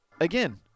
again